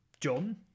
john